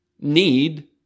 need